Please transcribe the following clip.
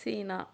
China